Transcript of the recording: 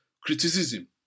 criticism